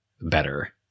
better